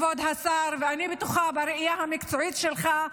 כבוד השר ואני בטוחה בראייה המקצועית שלך,